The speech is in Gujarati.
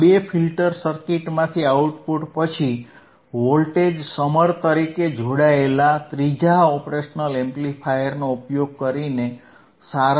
આ બે ફિલ્ટર સર્કિટમાંથી આઉટપુટ પછી વોલ્ટેજ સમર તરીકે જોડાયેલા ત્રીજા ઓપરેશનલ એમ્પ્લીફાયરનો ઉપયોગ કરીને સારાંશ આપવામાં આવે છે